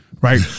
Right